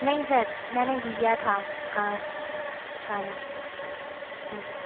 नहीं सर मैंने लिया था का गाने से